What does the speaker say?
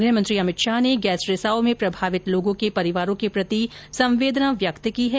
गृह मंत्री अभित शाह ने गैस रिसाव में प्रभावित लोगों के परिवारों के प्रति संवेदना व्यक्त की है